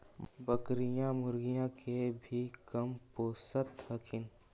बकरीया, मुर्गीया के भी कमपोसत हखिन?